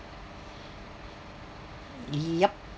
yup